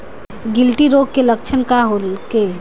गिल्टी रोग के लक्षण का होखे?